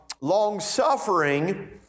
long-suffering